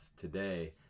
today